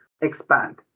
expand